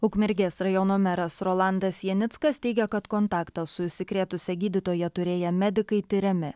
ukmergės rajono meras rolandas janickas teigia kad kontaktą su užsikrėtusia gydytoja turėję medikai tiriami